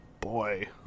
boy